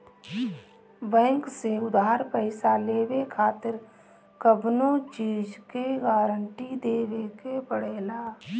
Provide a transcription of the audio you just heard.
bank से उधार पईसा लेवे खातिर कवनो चीज के गारंटी देवे के पड़ेला